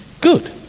good